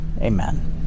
amen